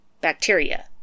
bacteria